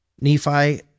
Nephi